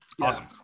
Awesome